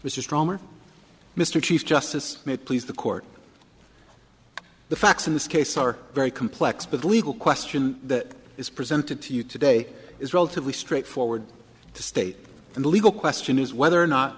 which is stronger mr chief justice may please the court the facts in this case are very complex but the legal question that is presented to you today is relatively straightforward to state and the legal question is whether or not